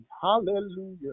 hallelujah